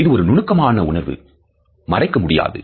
இது ஒரு நுணுக்கமான உணர்வு மறைக்க முடியாது